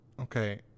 Okay